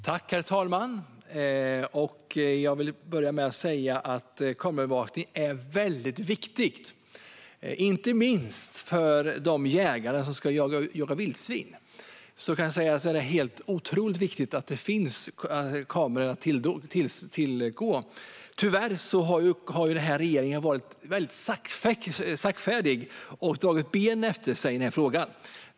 Herr talman! Jag vill börja med att säga att kameraövervakning är väldigt viktigt, inte minst för de jägare som ska jaga vildsvin. Tyvärr har den här regeringen varit saktfärdig och dragit benen efter sig i den här frågan.